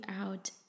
out